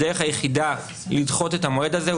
הדרך היחידה לדחות את המועד הזה היא